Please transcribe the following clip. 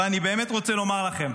ואני באמת רוצה לומר לכם: